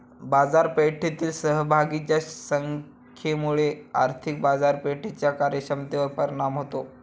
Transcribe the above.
बाजारपेठेतील सहभागींच्या संख्येमुळे आर्थिक बाजारपेठेच्या कार्यक्षमतेवर परिणाम होतो